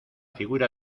figura